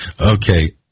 Okay